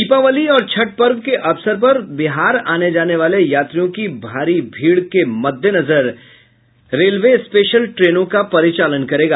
दीपावली और छठ पर्व के अवसर पर बिहार आने जाने वाले यात्रियों की भारी भीड़ के मद्देनजर रेलवे बिहार के लिये स्पेशल ट्रेनों का परिचालन करेगा